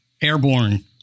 airborne